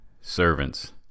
Servants